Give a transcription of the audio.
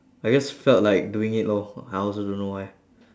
I just felt like doing it lor I also don't know why